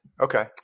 Okay